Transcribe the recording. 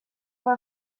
for